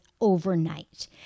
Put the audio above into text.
overnight